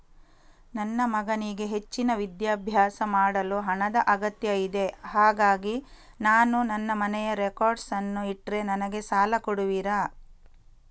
ನನ್ನ ಮಗನಿಗೆ ಹೆಚ್ಚಿನ ವಿದ್ಯಾಭ್ಯಾಸ ಮಾಡಲು ಹಣದ ಅಗತ್ಯ ಇದೆ ಹಾಗಾಗಿ ನಾನು ನನ್ನ ಮನೆಯ ರೆಕಾರ್ಡ್ಸ್ ಅನ್ನು ಇಟ್ರೆ ನನಗೆ ಸಾಲ ಕೊಡುವಿರಾ?